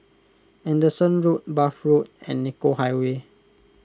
Anderson Road Bath Road and Nicoll Highway